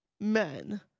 men